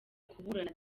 kuburana